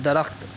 درخت